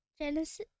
Genesis